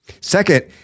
Second